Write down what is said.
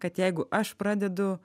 kad jeigu aš pradedu